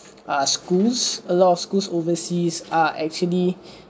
uh schools a lot of schools overseas are actually